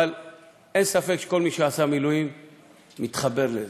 אבל אין ספק שכל מי שעשה מילואים מתחבר לזה,